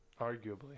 Arguably